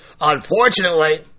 Unfortunately